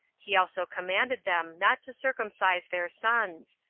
he also commanded them not to circumcise their sons,